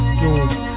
doom